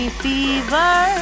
fever